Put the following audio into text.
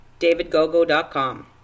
davidgogo.com